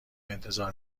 انتظار